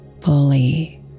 fully